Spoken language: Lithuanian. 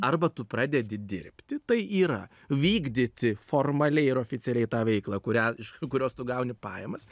arba tu pradedi dirbti tai yra vykdyti formaliai ir oficialiai tą veiklą kurią iš kurios tu gauni pajamas